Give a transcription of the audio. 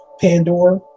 Pandora